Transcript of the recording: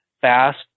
fast